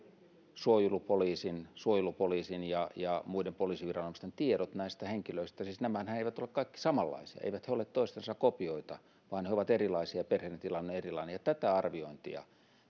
suojelupoliisin suojelupoliisin ja ja muiden poliisiviranomaisten tiedot näistä henkilöistä siis nämähän eivät ole kaikki samanlaisia eivät he ole toistensa kopioita vaan he ovat erilaisia perheiden tilanne on erilainen ja tätä arviointia